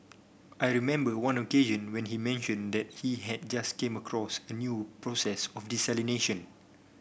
I remember one occasion when he mentioned that he had just came across a new process of desalination